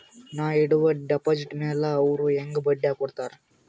ನಾ ಇಡುವ ಡೆಪಾಜಿಟ್ ಮ್ಯಾಲ ಅವ್ರು ಹೆಂಗ ಬಡ್ಡಿ ಕೊಡುತ್ತಾರ?